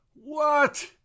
What